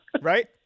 Right